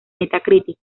metacritic